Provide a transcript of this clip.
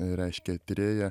reiškia tyrėja